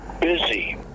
busy